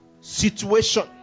situation